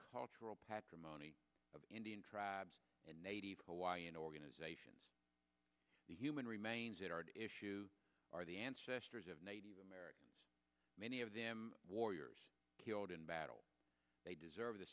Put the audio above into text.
cultural patrimony of indian tribes and native hawaiian organizations the human remains that are at issue are the ancestors of native americans many of them warriors killed in battle they deserve the